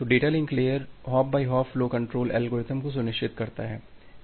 तो data link layer hop by hop flow control algorithm को सुनिश्चित करता है